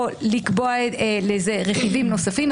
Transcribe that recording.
או לקבוע לזה רכיבים נוספים.